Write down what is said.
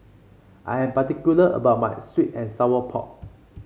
I am particular about my sweet and Sour Pork